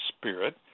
spirit